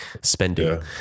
spending